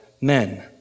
men